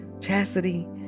Chastity